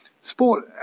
sport